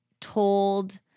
told